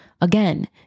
Again